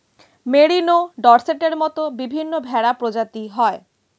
merino, ডর্সেটের মত বিভিন্ন ভেড়া প্রজাতি হয়